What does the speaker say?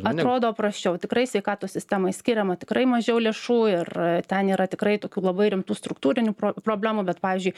atrodo prasčiau tikrai sveikatos sistemai skiriama tikrai mažiau lėšų ir ten yra tikrai tokių labai rimtų struktūrinių pro problemų bet pavyzdžiui